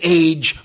age